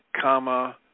comma